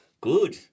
Good